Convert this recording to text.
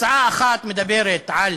הצעה אחת מדברת על